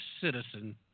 citizen